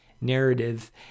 narrative